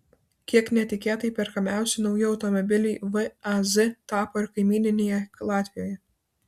kiek netikėtai perkamiausi nauji automobiliai vaz tapo ir kaimyninėje latvijoje